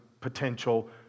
potential